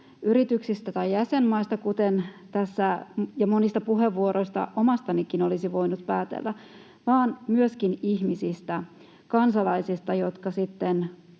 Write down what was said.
yrityksistä tai jäsenmaista, kuten tässä monista puheenvuoroista, omastanikin, olisi voinut päätellä vaan myöskin ihmisistä, kansalaisista, jotka myöskin